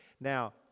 Now